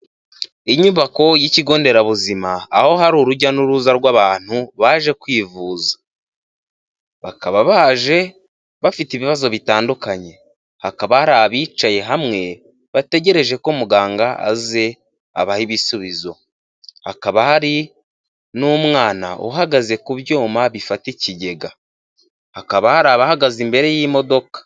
Inyubako y'ikigo nderabuzima, aho hari urujya n'uruza rw'abantu baje kwivuza, bakaba baje bafite ibibazo bitandukanye, hakaba hari abicaye hamwe bategereje ko muganga aze abahe ibisubizo, hakaba hari n'umwana uhagaze ku byuma bifata ikigega, hakaba hari abahagaze imbere y'imodoka.